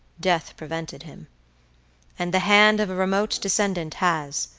death prevented him and the hand of a remote descendant has,